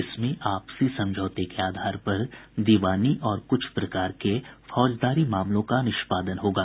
इसमें आपसी समझौते के आधार पर दीवानी और कुछ प्रकार के फौजदारी मामलों का निष्पादन होगा